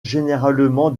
généralement